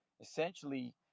essentially